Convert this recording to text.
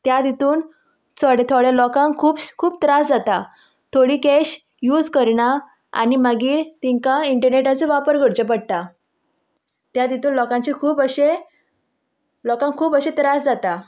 त्यात हितून थोड्या थोड्या लोकांक खूब त्रास जाता थोडीं कॅश यूज करिना आनी मागीर तेंकां इंटरनेटाचो वापर करचें पडटा त्यात हितून लोकांचे खूब अशें लोकांक खूब अशें त्रास जाता